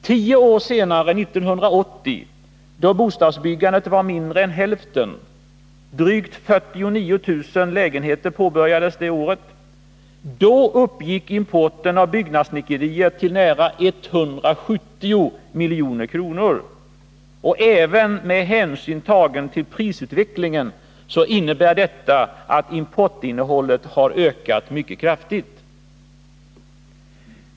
Tio år senare, 1980, då bostadsbyggandet var mindre än hälften — drygt 49 000 påbörjade lägenheter — uppgick importen av byggnadssnickerier till nära 170 milj.kr. Även med hänsyn tagen till prisutvecklingen innebär detta att importinnehållet har ökat mycket kraftigt.